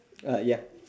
ah ya